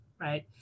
right